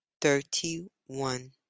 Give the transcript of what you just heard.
Thirty-one